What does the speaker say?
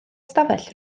ystafell